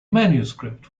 manuscript